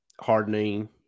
hardening